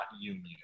union